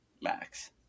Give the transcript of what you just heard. Max